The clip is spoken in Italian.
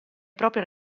proprio